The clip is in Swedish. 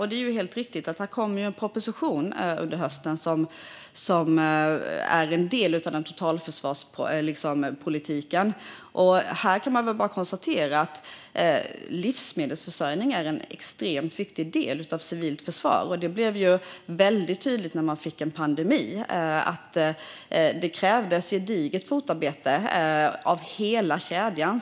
Det är helt riktigt - under hösten kommer det en proposition som är en del av totalförsvarspolitiken. Livsmedelsförsörjning är en extremt viktig del av civilt försvar. Det blev väldigt tydligt när vi fick en pandemi - det krävdes ett gediget fotarbete av hela kedjan.